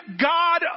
God